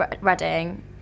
Reading